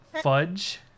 fudge